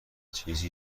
چیز